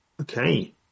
Okay